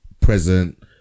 present